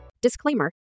Disclaimer